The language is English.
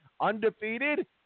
undefeated